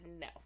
No